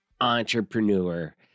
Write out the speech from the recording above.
entrepreneur